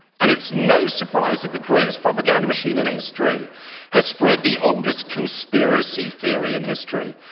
and it's no surprise that the greatest propaganda machine in history has spread the oldest conspiracy theory in history,